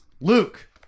Luke